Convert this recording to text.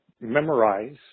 memorize